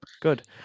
good